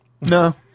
no